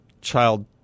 child